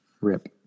Rip